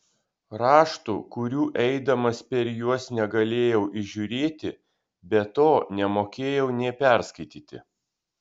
raštų kurių eidamas per juos negalėjau įžiūrėti be to nemokėjau nė perskaityti